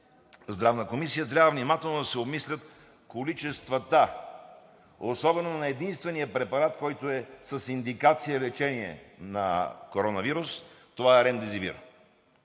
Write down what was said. Здравната комисия, трябва особено внимателно да се обмислят количествата за единствения препарат, който е с индикация за лечение на коронавирус, а това е Ремдесивир.